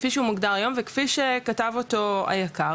כפי שהוא מוגדר היום וכפי שכתב אותו היק"ר,